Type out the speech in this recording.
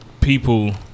people